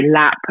lap